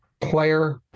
player